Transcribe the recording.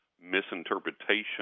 misinterpretation